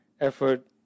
Effort